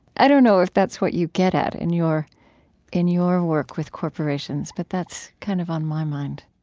i don't know if that's what you get at in your in your work with corporations, but that's kind of on my mind